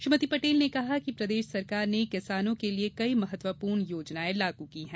श्रीमती पटेल ने कहा कि प्रदेश सरकार ने किसानों के लिए कई महत्वपूर्ण योजनाएं लागू की है